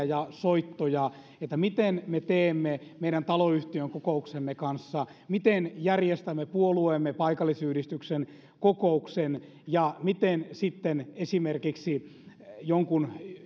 ja soittoja siitä miten me teemme meidän taloyhtiömme kokouksen kanssa miten järjestämme puolueemme paikallisyhdistyksen kokouksen ja miten sitten esimerkiksi jonkun